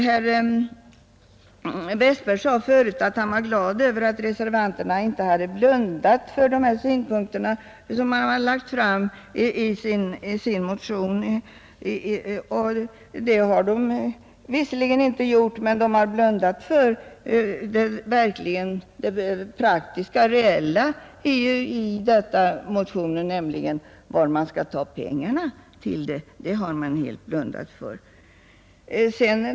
Herr Westberg i Ljusdal sade förut att han var glad över att reservanterna inte hade blundat för de synpunkter han framfört i sin motion. Det har de visserligen inte gjort, men de har verkligen blundat för det praktiska och reella, nämligen varifrån man skall ta pengarna.